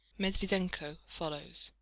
medviedenko follows,